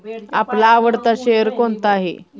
आपला आवडता शेअर कोणता आहे?